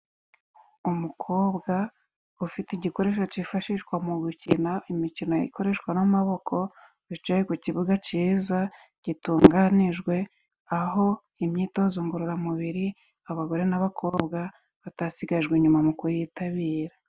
Umukobwa ufite igikoresho cifashishwa mu gukina imikino, ikoreshwa n'amaboko bicaye ku kibuga ciza, gitunganijwe aho imyitozo ngororamubiri abagore n'abakobwa batasigajwe inyuma mu kuyitabira.